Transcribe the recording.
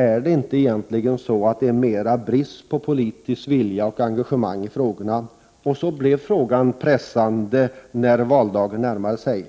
Är det inte så att det mera har varit brist på politisk vilja och engagemang och att frågan blev pressande när valdagen närmade sig?